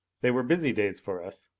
they were busy days for us.